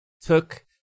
took